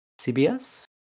CBS